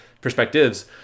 perspectives